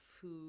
food